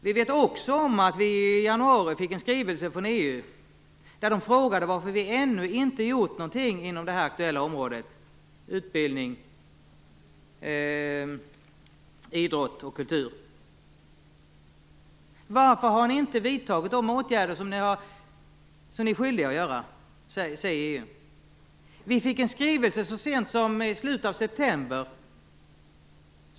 Vi är också medvetna om att vi i januari fick en skrivelse från EU, där de frågade varför vi ännu inte gjort någonting inom områdena utbildning, idrott och kultur. Varför har ni inte vidtagit de åtgärder ni är skyldiga att vidta? frågar man från EU. Vi fick en skrivelse så sent som i slutet av september.